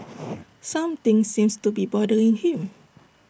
something seems to be bothering him